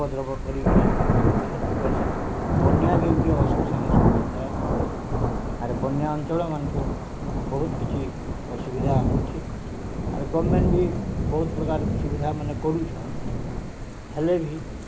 ଉପଦ୍ରବ କରିକିରି ସବୁ କ୍ଷତି କରସନ୍ ବନ୍ୟା ବି ଗୁଟେ ଅସୁର୍ ସାଙ୍ଗେ ସମାନ୍ ଆଏ ଆରେ ବନ୍ୟା ଅଞ୍ଚଳ୍ମାନ୍ଙ୍କୁ ବହୁତ୍ କିଛି ଅସୁବିଧା ହେଉଛେ ଆର୍ ଗଭ୍ମେଣ୍ଟ୍ ବି ବହୁତ୍ ପ୍ରକାର୍ ସୁବିଧା ମାନେ କରୁଛନ୍ ହେଲେ ବି